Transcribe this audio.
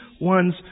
one's